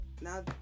now